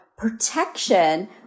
protection